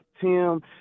Tim